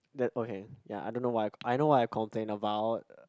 that okay ya I don't know why I know what I complained about